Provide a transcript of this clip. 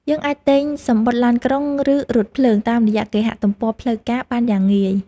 យើងអាចទិញសំបុត្រឡានក្រុង ឬរថភ្លើងតាមរយៈគេហទំព័រផ្លូវការបានយ៉ាងងាយ។